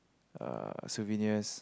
uh souvenirs